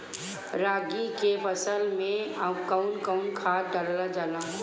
रागी के फसल मे कउन कउन खाद डालल जाला?